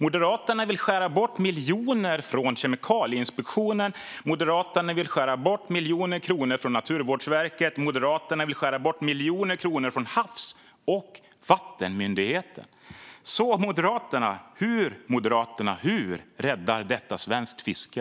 Moderaterna vill skära bort miljoner från Kemikalieinspektionen. Moderaterna vill skära bort miljoner kronor från Naturvårdsverket. Moderaterna vill skära bort miljoner kronor från Havs och vattenmyndigheten. Hur, Moderaterna, räddar detta svenskt fiske?